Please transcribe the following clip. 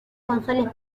gonzález